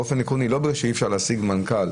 באופן עקרוני לא בעיה, זה שאי-אפשר להשיג מנכ"ל.